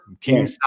King